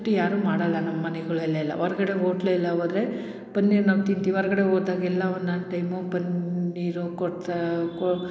ಯಾರೂ ಮಾಡೋಲ್ಲ ನಮ್ಮ ಮನೆಗಳಲ್ಲೆಲ್ಲ ಹೊರ್ಗಡೆ ಹೋಟ್ಲೆಲ್ಲ ಹೋದ್ರೆ ಪನ್ನೀರ್ ನಾವು ತಿಂತೀವಿ ಹೊರಗಡೆ ಹೋದಾಗೆಲ್ಲ ಒಂದೊಂದು ಟೈಮು ಪನ್ನೀರು ಕೊಡ್ತಾ ಕೊ